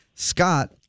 Scott